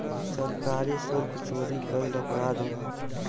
सरकारी सुल्क चोरी कईल अपराध होला